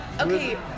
Okay